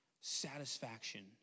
satisfaction